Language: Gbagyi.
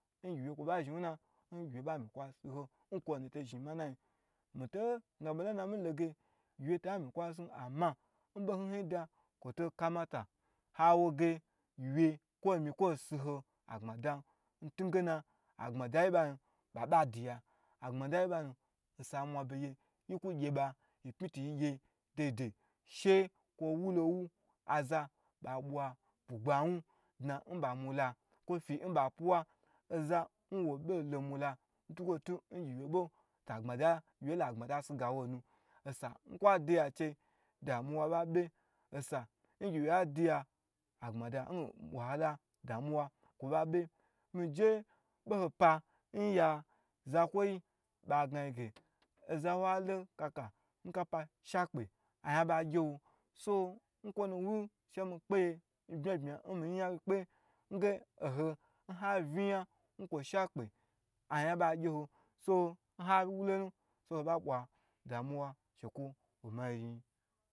Ngyiwye ba mi kwo zhi wuna nkwo ba mi kwa zhi hon nkwo nuto zhin manayin mito gna bo na na ge gyiwye tami kwa si ama mbo hn hn ta kwo to kama ta awoge gyiwye mi kwo si hon ntugena agbmadayiba nu baba diya agbma deyi banu nsa mwa be gye yi kwo gye ba yi pmi tu yi gye daidai she kwo wulowu aza ba bwa bugbawu dna nbamula, kwo fi nba fuwa n oza bo lo mula ntukwo tu gyiwyu bo gyiwye la agmada siga wo nu ose mkwa diya chei wahala ba be, osa gyiwye diya agbmada hn wahala ba ba miji boho ho pa nya zakwoyi ba gna ge oza wa lo kaka n kapa shakpe ayan ba gyewo so nkwo nu wu she me kpeye nbma bma nho nha viyan nkwo shakpe ayan ba gye nhawolon ho ba bwa damuwa